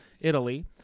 Italy